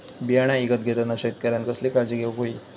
बियाणा ईकत घेताना शेतकऱ्यानं कसली काळजी घेऊक होई?